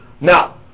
now